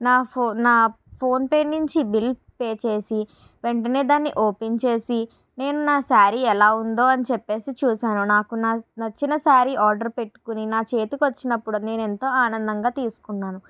నా ఫో నా ఫోన్ ఫోన్పే నుంచి బిల్ పే చేసి వెంటనే దాన్ని ఓపెన్ చేసి నేను నా సారి ఎలా ఉందో అని చెప్పేసి చూశాను నాకు నచ్చిన సారీ ఆర్డర్ పెట్టుకుని నా చేతికి వచ్చినప్పుడు నేను ఎంతో ఆనందంగా తీసుకున్నాను